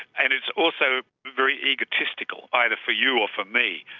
and it's also very egotistical, either for you or for me,